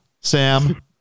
Sam